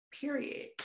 Period